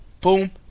boom